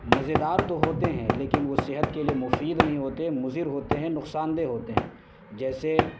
مزیدار تو ہوتے ہیں لیکن وہ صحت کے لیے مفید نہیں ہوتے مضر ہوتے ہیں نقصان دہ ہوتے ہیں جیسے